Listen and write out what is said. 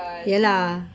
ya lah